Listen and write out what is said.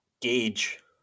gauge